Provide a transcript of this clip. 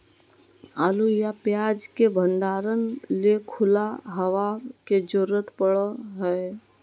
आलू या प्याज के भंडारण ले खुला हवा के जरूरत पड़य हय